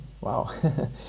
Wow